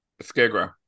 Scarecrow